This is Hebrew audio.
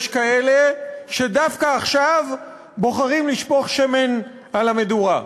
יש כאלה שדווקא עכשיו בוחרים לשפוך שמן על המדורה.